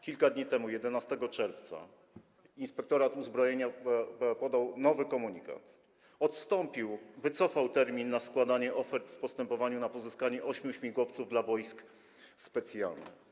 Kilka dni temu, 11 czerwca, Inspektorat Uzbrojenia MON podał nowy komunikat, że odstąpił od tego, wycofał termin na składanie ofert w postępowaniu w sprawie pozyskania ośmiu śmigłowców dla Wojsk Specjalnych.